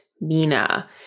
Mina